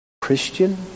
Christian